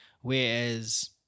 Whereas